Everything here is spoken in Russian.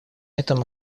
этом